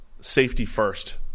safety-first